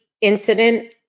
incident